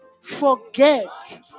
Forget